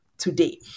Today